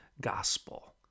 gospel